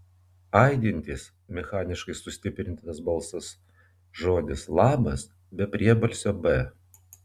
aidintis mechaniškai sustiprintas balsas žodis labas be priebalsio b